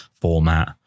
format